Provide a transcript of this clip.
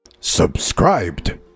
Subscribed